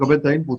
שנקבל את האינפוט.